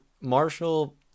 Marshall